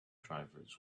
drivers